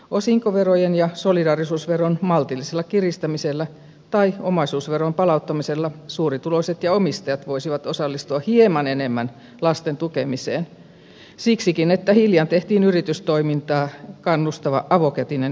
osinkoverojen ja solidaarisuusveron maltillisella kiristämisellä tai omaisuusveron palauttamisella suurituloiset ja omistajat voisivat osallistua hieman enemmän lasten tukemiseen siksikin että hiljan tehtiin yritystoimintaan kannustava avokätinen yhteisöveroalennus